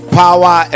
power